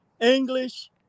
English